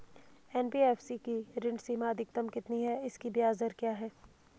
NBFC की ऋण सीमा अधिकतम कितनी है इसकी ब्याज दर क्या है?